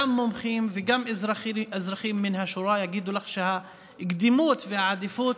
גם מומחים וגם אזרחים מן השורה יגידו שהקדימות והעדיפות